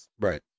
Right